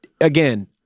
again